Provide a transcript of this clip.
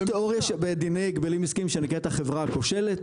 יש תיאוריה בדיני הגבלים עסקיים שנקראת החברה הכושלת